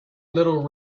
little